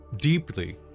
deeply